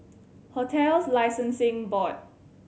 Hotels Licensing Board